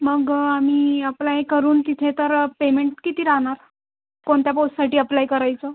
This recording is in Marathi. मग आम्ही अप्लाय करून तिथे तर पेमेंट किती राहणार कोणत्या पोस्टसाठी अप्लाय करायचं